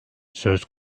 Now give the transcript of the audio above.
söz